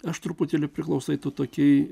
aš truputėlį priklausai tų tokiai